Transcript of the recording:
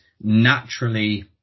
naturally